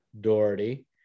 Doherty